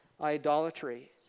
idolatry